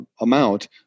amount